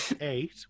eight